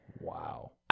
Wow